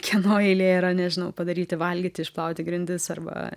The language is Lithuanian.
kieno eilė yra nežinau padaryti valgyti išplauti grindis arba